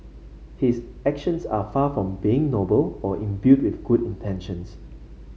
his actions are far from being noble or imbued with good intentions